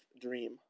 dream